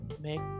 make